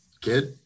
kid